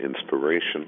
inspiration